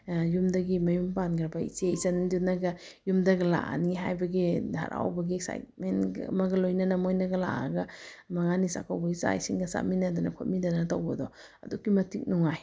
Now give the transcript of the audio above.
ꯌꯨꯝꯗꯒꯤ ꯃꯌꯨꯝ ꯄꯥꯟꯈ꯭ꯔꯕ ꯏꯆꯦ ꯏꯆꯟꯗꯨꯅꯒ ꯌꯨꯝꯗꯒ ꯂꯥꯛꯑꯅꯤ ꯍꯥꯏꯕꯒꯤ ꯍꯔꯥꯎꯕꯒꯤ ꯑꯦꯛꯁꯥꯏꯠꯃꯦꯟꯒ ꯑꯃꯒ ꯂꯣꯏꯅꯅ ꯃꯣꯏꯅꯒ ꯂꯥꯛꯑꯒ ꯃꯉꯥꯅꯤ ꯆꯥꯛꯀꯧꯕꯒꯤ ꯆꯥꯛ ꯏꯁꯤꯡꯒ ꯆꯥꯃꯤꯟꯅꯗꯅ ꯈꯣꯠꯃꯤꯗꯅ ꯇꯧꯕꯗꯣ ꯑꯗꯨꯛꯀꯤ ꯃꯇꯤꯛ ꯅꯨꯡꯉꯥꯏ